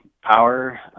power